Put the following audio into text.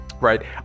right